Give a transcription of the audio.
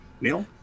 Neil